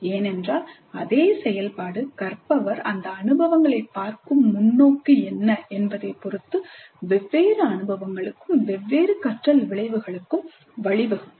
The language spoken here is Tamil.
ஏனென்றால் அதே செயல்பாடு கற்பவர் அந்த அனுபவங்களைப் பார்க்கும் முன்னோக்கு என்ன என்பதைப் பொறுத்து வெவ்வேறு அனுபவங்களுக்கும் வெவ்வேறு கற்றல் விளைவுகளுக்கும் வழிவகுக்கும்